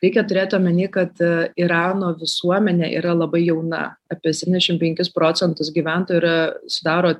reikia turėti omeny kad irano visuomenė yra labai jauna apie septyniasdešim penkis procentus gyventojų yra sudaro